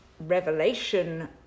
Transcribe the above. revelation